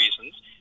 reasons